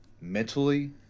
mentally